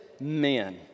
men